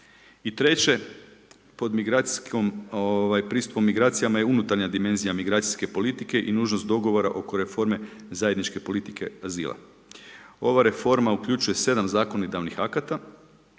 ovaj, pristupom migracijama je unutarnja dimenzija migracijske politike i nužnost dogovora oko reforme zajedničke politike azila. Ova reforma uključuje 7 zakonodavnih akata,